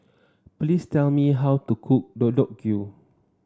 please tell me how to cook Deodeok Gui